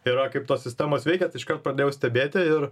yra kaip tos sistemos veikia iškart pradėjau stebėti ir